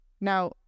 Now